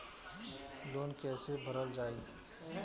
Loan कैसे भरल जाइ?